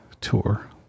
tour